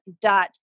dot